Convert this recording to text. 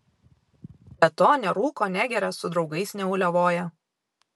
be to nerūko negeria su draugais neuliavoja